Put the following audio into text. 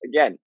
Again